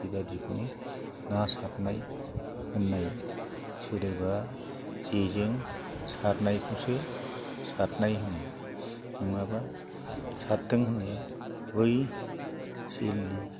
बेबायदिखौनो ना सारनाय होननाय सोदोबा जेजों सारनायखौसो सारनाय होनो नङाबा सारदों होन्नाया बै सिलि